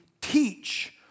teach